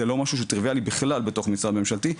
זה לא משהו טריוויאלי בכלל בתוך משרד ממשלתי,